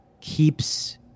keeps